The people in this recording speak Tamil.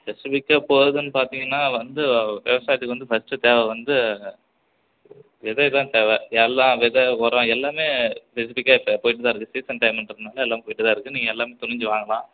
ஸ்பெசிஃபிக்காக போகிறதுன்னு பார்த்திங்கன்னா வந்து விவசாயத்துக்கு வந்து ஃபஸ்ட்டு தேவை வந்து விதைதான் தேவை எல்லாம் விதை உரம் எல்லாம் ஸ்பெசிஃபிக்காக இப்போ போய்ட்டுதான் இருக்கு சீசன் டைமுன்றதனால எல்லாம் போய்ட்டுதான் இருக்கு நீங்கள் எல்லாம் துணிஞ்சு வாங்கலாம்